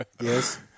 yes